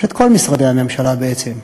יש כל משרדי הממשלה בעצם,